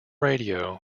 radio